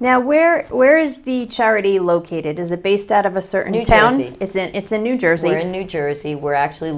now where where is the charity located is it based out of a certain new town it's in it's in new jersey or in new jersey we're actually